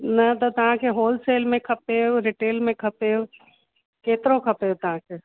न त तव्हांखे होलसेल में खपेवु रिटेल में खपेवु केतिरो खपेवु तव्हांखे